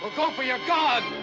go for your gun!